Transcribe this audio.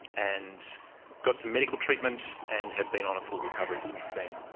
and got some medical treatment and have been on a full recovery since then.